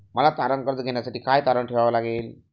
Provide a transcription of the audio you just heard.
मला तारण कर्ज घेण्यासाठी काय तारण ठेवावे लागेल?